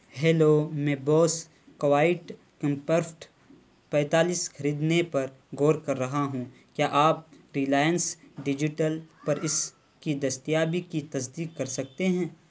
hello میں Bose Quiet Comfort پینتالیس خریدنے پر غور کر رہا ہوں کیا آپ ریلائنس ڈیجیٹل پر اس کی دستیابی کی تصدیق کر سکتے ہیں